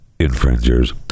infringers